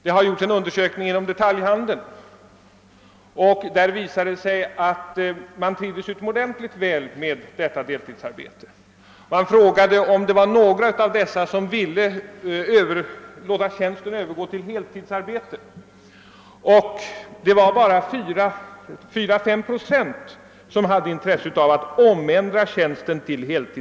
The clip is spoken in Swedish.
Vid en undersökning inom detaljhandeln visade det sig att de deltidsanställda trivdes utomordentligt väl med den anställningsformen. När de tillfrågades om de ville gå över till heltidsarbete var endast 4—5 procent intresserade härav.